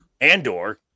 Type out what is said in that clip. andor